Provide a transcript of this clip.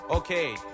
Okay